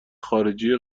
خارجی